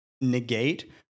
negate